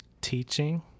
teaching